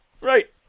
right